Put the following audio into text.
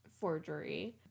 forgery